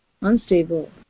unstable